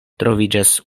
troviĝas